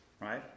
right